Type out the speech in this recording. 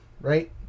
right